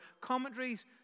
commentaries